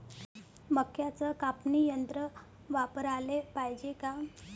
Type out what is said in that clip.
मक्क्याचं कापनी यंत्र वापराले पायजे का?